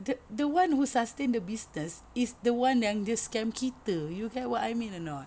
the the one who sustain the business is the one yang dia scam kita you get what I mean or not